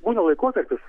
būna laikotarpis